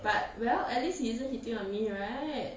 but well at least he isn't hitting on me right